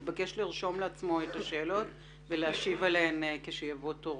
מתבקש לרשום לעצמו את השאלות ולהשיב עליהן כשיגיע תורו.